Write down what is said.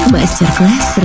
Masterclass